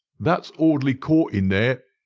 that's audley court in there,